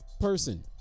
person